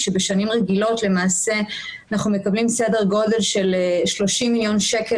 כשבשנים רגילות אנחנו מקבלים סדר גודל של 30 מיליון שקל